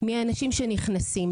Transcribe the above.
מי האנשים שנכנסים.